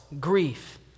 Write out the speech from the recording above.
grief